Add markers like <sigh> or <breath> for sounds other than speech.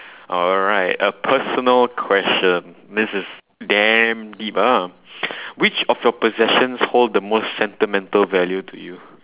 alright a personal question this is damn deep ah <breath> which of your possessions hold the most sentimental value to you